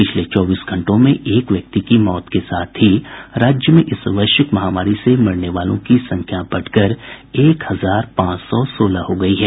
पिछले चौबीस घंटे में एक व्यक्ति की मौत के साथ ही राज्य में इस वैश्विक महामारी से मरने वालों की संख्या बढ़कर एक हजार पांच सौ सोलह हो गई है